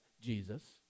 Jesus